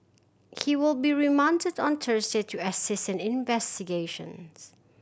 he will be remanded on Thursday to assist investigations